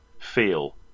feel